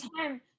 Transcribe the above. time